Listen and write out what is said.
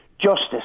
justice